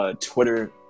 Twitter